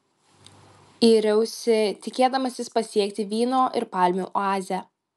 yriausi tikėdamasis pasiekti vyno ir palmių oazę